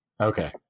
Okay